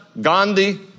Gandhi